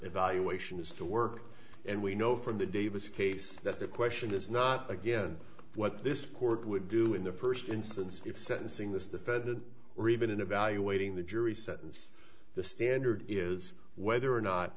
evaluation is to work and we know from the davis case that the question is not again what this court would do in the first instance if sentencing this defendant or even in evaluating the jury sentence the standard is whether or not